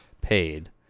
paid